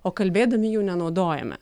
o kalbėdami jų nenaudojame